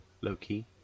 low-key